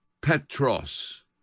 Petros